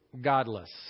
godless